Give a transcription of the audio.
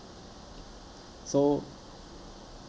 so